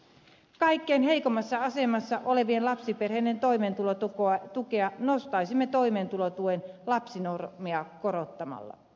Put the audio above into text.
kaikkein heikoimmassa asemassa olevien lapsiperheiden toimeentulotukea nostaisimme toimeentulotuen lapsinormia korottamalla